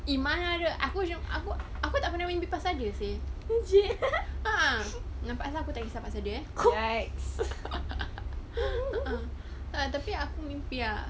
eh mana ada aku cuma aku aku tak pernah mimpi pasal dia seh a'ah nampak pasal ku tak kesah pasal dia eh tapi aku mimpi ah